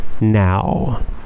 now